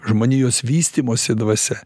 žmonijos vystymosi dvasia